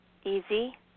easy